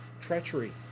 Treachery